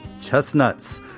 chestnuts